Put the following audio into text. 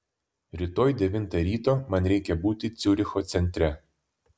rytoj devintą ryto man reikia būti ciuricho centre